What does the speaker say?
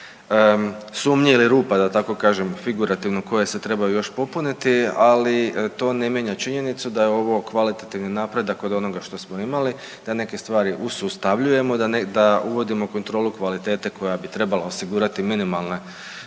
sumnji ili rupa da tako kažem figurativno koje se trebaju još popuniti, ali to ne mijenja činjenicu da je ovo kvalitativni napredak od onoga što samo imali da neke stvari usustavljujemo, da uvodimo kontrolu kvalitete koja bi trebala osigurati minimalne